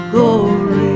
Glory